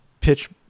pitch